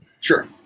Sure